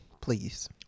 please